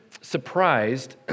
surprised